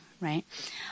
Right